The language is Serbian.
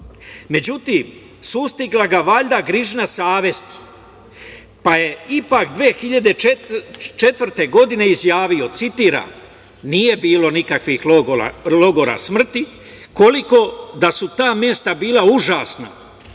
Međutim, sustigla ga valjda griža savesti, pa je ipak 2004. godine izjavio, citiram – nije bilo nikakvih logora smrti, koliko da su ta mesta bila užasna